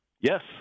Yes